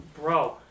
bro